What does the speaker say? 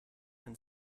and